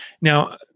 Now